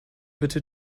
bitte